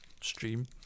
stream